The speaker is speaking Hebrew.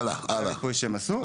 זה המיפוי שהם עשו.